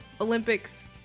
Olympics